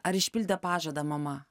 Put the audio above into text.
ar išpildė pažadą mama